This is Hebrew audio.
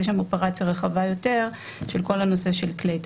יש שם אופרציה רחבה יותר של כל הנושא של כלי טיס.